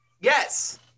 Yes